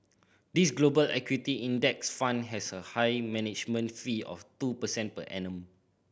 this Global Equity Index Fund has a high management fee of two percent per annum